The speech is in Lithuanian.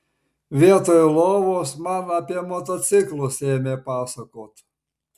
vietoj lovos man apie motociklus ėmė pasakot